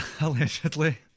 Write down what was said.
Allegedly